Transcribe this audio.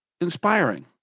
inspiring